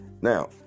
now